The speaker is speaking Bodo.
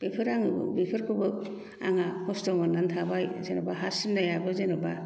बेफोर आं बेफोरखौबो आंना खस्थ' मोननानै थाबाय जेन'बा हा सिमनायाबो जेन'बा